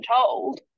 told